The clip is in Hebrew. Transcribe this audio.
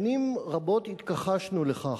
שנים רבות התכחשנו לכך.